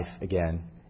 again